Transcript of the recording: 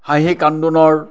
হাঁহি কান্দোনৰ